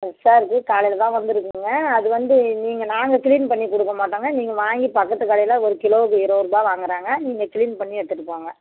சரக்கு கால்லதாங்க வந்திருக்குங்க அது வந்து நீங்கள் வாங்கி நாங்கள் க்ளீன் பண்ணி கொடுக்க மாட்டோங்க நீங்கள் வாங்கி பக்கத்தில் கடையில் ஒரு கிலோவுக்கு இருபதுருபாய் வாங்குறாங்க நீங்கள் க்ளீன் பண்ணி எடுத்துட்டு போங்க